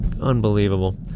Unbelievable